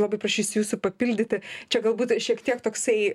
labai prašysiu jūsų papildyti čia galbūt šiek tiek toksai